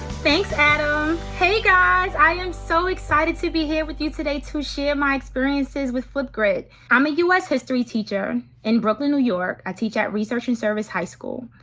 thanks adam, hey guys i am so excited to be here with you today to share my experience with flipgrid. i'm a u s. history teacher in brooklyn, new york. i teach at research and service high school.